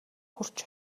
хүрч